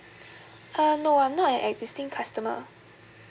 uh no I'm not an existing customer